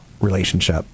relationship